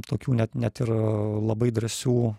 tokių net net ir labai drąsių